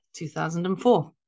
2004